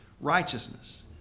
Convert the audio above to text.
righteousness